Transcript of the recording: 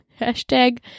hashtag